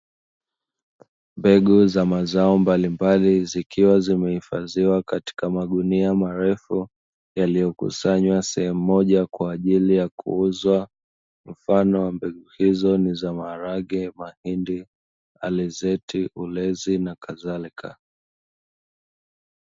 Mbegu za mazao mbalimbali zikiwa zimehifadhiwa katika magunia marefu, yaliyo kusanywa sehemu moja kwa ajili ya kuuzwa mfano wa mbegu hizo ni: maharage, mahindi, alizeti, ulezi na kadhalika.